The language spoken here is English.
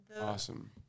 Awesome